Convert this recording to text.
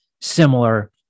similar